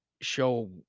show